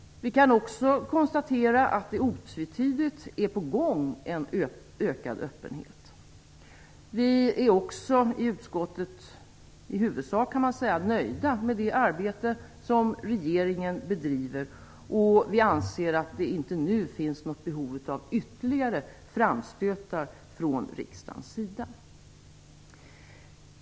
Vi kan också konstatera att det otvetydigt är en ökad öppenhet på gång. Vi är i utskottet i huvudsak nöjda med det arbete som regeringen bedriver och anser att det inte nu finns något behov av ytterligare framstötar från riksdagens sida.